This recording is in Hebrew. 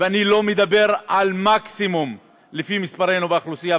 ואני לא מדבר על מקסימום לפי מספרנו באוכלוסייה,